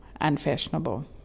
unfashionable